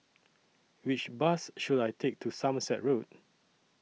Which Bus should I Take to Somerset Road